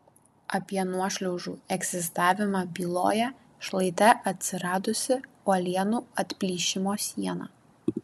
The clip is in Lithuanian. apie nuošliaužų egzistavimą byloja šlaite atsiradusi uolienų atplyšimo siena